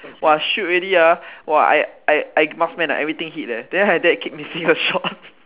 !wah! shoot already ah !wah! I I I marksman I everything hit eh then my dad keep missing the shots